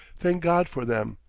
thank god for them,